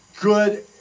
good